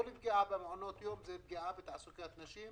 כל פגיעה במעונות היום זו פגיעה בתעסוקת הנשים